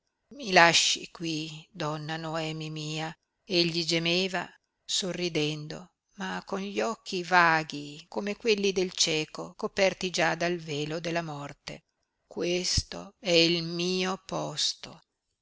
i lasci qui donna noemi mia egli gemeva sorridendo ma con gli occhi vaghi come quelli del cieco coperti già dal velo della morte questo è il mio posto